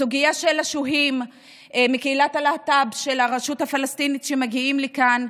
הסוגיה של השוהים מקהילת הלהט"ב של הרשות הפלסטינית שמגיעים לכאן,